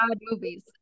movies